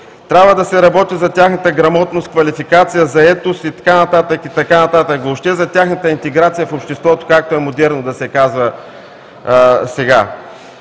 Трябва да се работи за тяхната грамотност, квалификация, заетост и така нататък – въобще за тяхната интеграция в обществото, както е модерно да се казва сега.